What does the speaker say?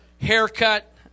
haircut